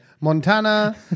Montana